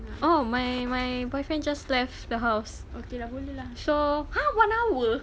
oh my my boyfriend just left the house so !huh! one hour